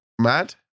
Mad